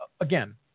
again